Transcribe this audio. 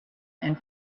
and